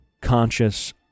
conscious